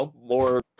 more